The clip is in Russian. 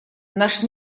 наш